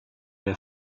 der